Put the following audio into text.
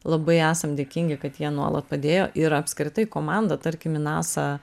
labai esam dėkingi kad jie nuolat padėjo ir apskritai komanda tarkim į nasą